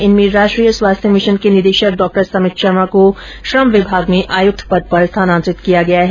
इनमें राष्ट्रीय स्वास्थ्य मिशन के निदेशक डॉ समित शर्मा को श्रम विभाग में आयुक्त पद पर स्थानान्तरित किया गया है